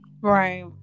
Right